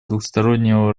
двустороннего